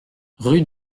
rue